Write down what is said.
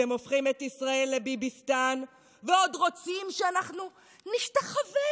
אתם הופכים את ישראל לביביסטן ועוד רוצים שאנחנו נשתחווה